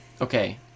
Okay